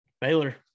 Baylor